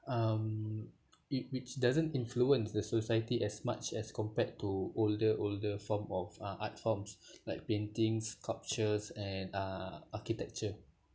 um wh~ which doesn't influence the society as much as compared to older older form of uh art forms like paintings sculptures and uh architecture